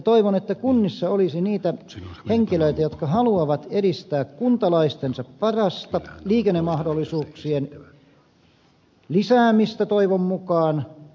toivon että kunnissa olisi niitä henkilöitä jotka haluavat edistää kuntalaistensa parasta liikennemahdollisuuksien lisäämistä toivon mukaan